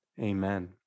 Amen